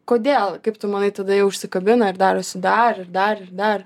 kodėl kaip tu manai tada jau užsikabina ir darosi dar ir dar ir dar